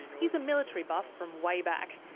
he's a military buff from way back,